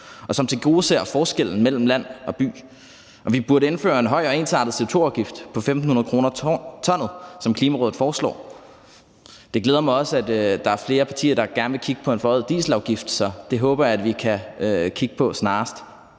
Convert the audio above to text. og som tilgodeser forskellen mellem land og by. Og vi burde indføre en høj og ensartet CO2-afgift på 1.500 kr. pr. t, som Klimarådet foreslår. Det glæder mig også, at der er flere partier, der gerne vil kigge på en forhøjet dieselafgift, så det håber jeg at vi kan kigge på snarest.